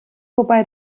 wobei